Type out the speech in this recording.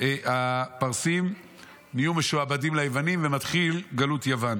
הפרסים נהיו משועבדים ליוונים ומתחילה גלות יוון.